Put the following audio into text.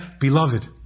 Beloved